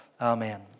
Amen